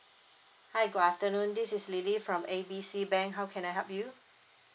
hi good afternoon this is lily from A B C bank how can I help you